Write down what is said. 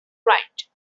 right